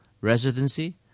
residency